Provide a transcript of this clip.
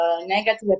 negative